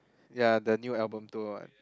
ya the new album tour [what]